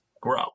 grow